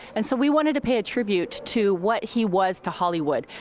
and so we wanted to pay a tribute to what he was to hollywood,